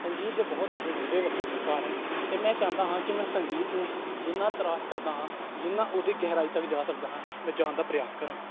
ਸੰਗੀਤ ਦੇ ਬਹੁਤ ਵੱਖਰੇ ਵੱਖਰੇ ਪ੍ਰਕਾਰ ਹਨ ਅਤੇ ਮੈਂ ਚਾਹੁੰਦਾ ਹਾਂ ਕਿ ਮੈਂ ਸੰਗੀਤ ਨੂੰ ਜਿੰਨਾ ਤਰਾਸ਼ ਸਕਦਾ ਹਾਂ ਜਿੰਨਾ ਉਹਦੀ ਗਹਿਰਾਈ ਤੱਕ ਜਾ ਸਕਦਾ ਹਾਂ ਮੈਂ ਜਾਣ ਦਾ ਪ੍ਰਯਾਸ ਕਰਾਂ